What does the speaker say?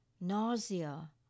nausea